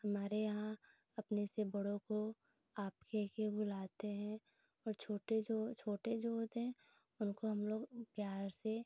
हमारे यहाँ अपने से बड़ों को आप कहकर बुलाते हैं और छोटे जो छोटे जो होते हैं उनको हमलोग प्यार से